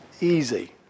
easy